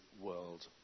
world